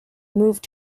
moved